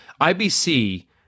IBC